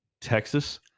texas